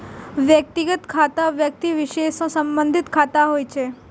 व्यक्तिगत खाता व्यक्ति विशेष सं संबंधित खाता होइ छै